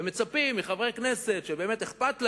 ומצפים מחברי כנסת שבאמת אכפת להם,